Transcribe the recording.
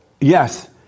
Yes